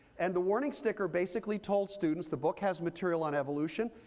and the warning sticker basically told students the book has material on evolution.